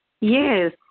Yes